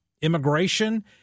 immigration